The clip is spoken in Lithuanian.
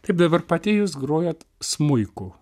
kaip dabar pati jūs grojat smuiku